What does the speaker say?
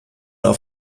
auf